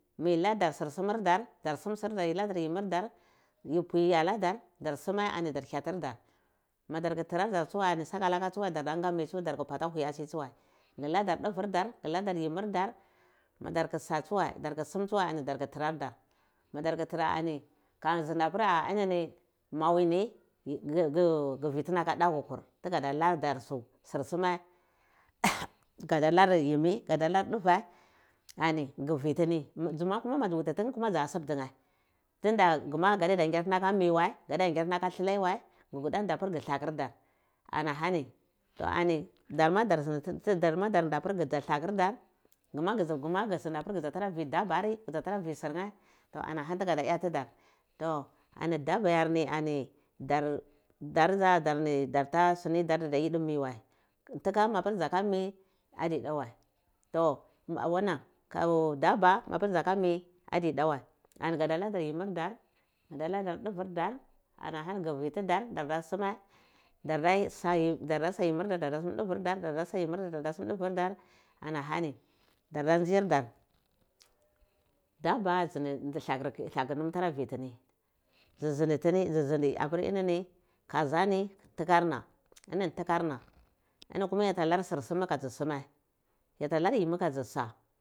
Dar ladar sur sumar dar dar sum sirdar yi ladar yimmir dar yi pwi aladar dar sume ani dar hyutir dar madai ti tarar dar tsuwai ani tsakalaka tsuwai giladar duver dar guladar yimir dar madar tsu sa tsuwai dar ku sum tsuwai ani darku tarar dar da nga mi darka bala wuyati si tsuwai giladar duver dar guladar yimir dar madar tsu sa tsuwai dar ku sum tsuwai ani darku tarar dar madarkutara ani ka nda pirini ani muawini gi vu tuni aka dakur tugada ladar sur suma gada lari yimmi gu dalar duve ani gu vai duni dza sub tine tunda guma gadiyo ta nyar tuni aka miwai a diya nyar tini aka nlilai waiku kuda nda pir ghi lakir dar ana hani to ani dar ma dar nda pir gu dza lakir dar ana hani to ani darma dar nda pir gu dza lakir dar guma gi nda pir gudzu tara vi dabari gudza tara vi surne ahani tiga daga tida to daba yarni ani dardar dza ani darda da yide mi wai ntikampapir dzaka mi adi da wai to wanan ka daba mapir gu vi tidar gada sumai darda sa yimir dar darda sun duper dardar da ana hani darda ndzai dar dabba ndi ndi lakur ni tara vitini dzi zindi tnidzi zindi apir ini ni kwulni yata tar sursuma ntikarna inini kwulmi yata tar sursuma ni kadzi sumai ya ta lar yimi ka dzi sa